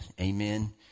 amen